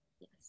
Yes